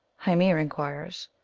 hyinir inquires,